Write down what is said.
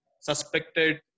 suspected